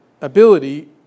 ability